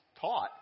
taught